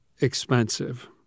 expensive